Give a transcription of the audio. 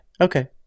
Okay